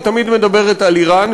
היא תמיד מדברת על איראן,